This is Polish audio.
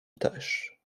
też